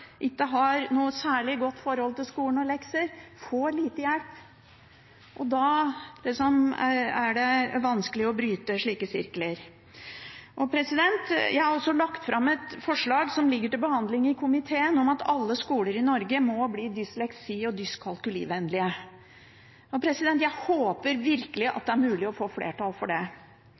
ikke hadde noe særlig godt forhold til skolen og lekser, får lite hjelp. Det er vanskelig å bryte slike sirkler. Jeg har også lagt fram et forslag, som ligger til behandling i komiteen, om at alle skoler i Norge må bli dysleksi- og dyskalkulivennlige. Jeg håper virkelig at det er mulig å få flertall for det.